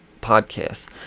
podcasts